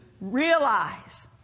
realize